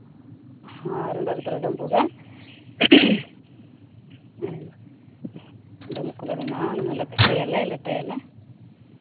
ᱦᱚᱸ ᱨᱩᱸᱰᱟᱹ ᱨᱮᱫᱚᱞᱮ ᱰᱩᱸᱵᱩᱜᱟ ᱦᱮᱸ ᱰᱩᱸᱵᱸᱜ ᱠᱚᱞᱮ ᱵᱮᱱᱟᱣᱟ ᱩᱱ ᱫᱚᱞᱮ ᱯᱤᱴᱷᱟᱹᱭᱟᱞᱮ ᱞᱮᱴᱚᱭᱟᱞᱮ